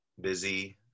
busy